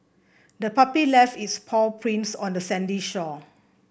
the puppy left its paw prints on the sandy shore